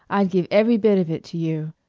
i'd give ev'y bit of it to you.